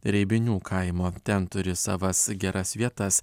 reibinių kaimo ten turi savas geras vietas